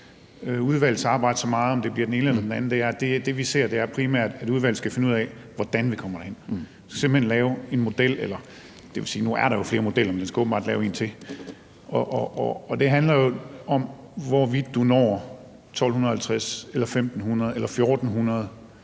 udvalgsarbejdet så meget, om det bliver den ene eller den anden, vil jeg sige, at det primært handler om, at udvalget skal finde ud af, hvordan vi kommer derhen, og simpelt hen lave en model – ja, nu er der jo flere modeller, men de skal åbenbart lave en til. Og det handler jo om, hvorvidt du når de 1.250 kr. eller 1.500 kr. eller 1.400